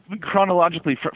Chronologically